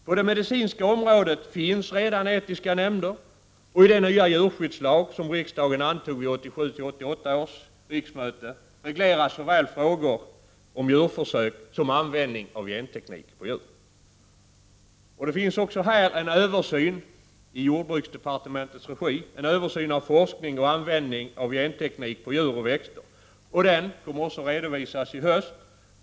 På det medicinska området finns redan etiska nämnder, och i den nya djurskyddslag som riksdagen antog vid 1987/88 års riksmöte regleras såväl frågor om djurförsök som användning av genteknik på djur. Också här pågår en översyn i jordbruksdepartementets regi av forskning och användning av genteknik på djur och växter, som kommer att redovisas i höst.